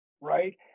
right